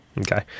Okay